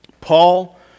Paul